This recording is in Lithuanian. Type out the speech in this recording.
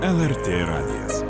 lrt radijas